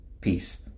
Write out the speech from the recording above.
Peace